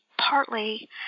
partly